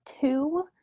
two